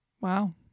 wow